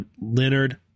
Leonard